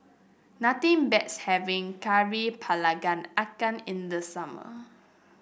nothing beats having kari ikan in the summer